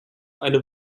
eine